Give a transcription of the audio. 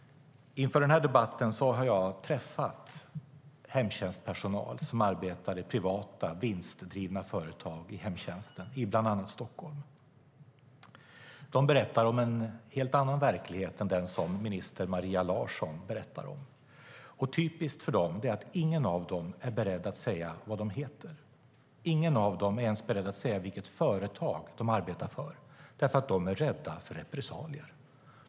Inför den här debatten har jag träffat hemtjänstpersonal som arbetar i privata, vinstdrivna företag i hemtjänsten, bland annat i Stockholm. De berättar om en helt annan verklighet än den minister Maria Larsson berättar om. Typiskt för dem är att inga av dem är beredda att säga vad de heter. Inga av dem är ens beredda att säga vilket företag de arbetar för, för de är rädda för repressalier.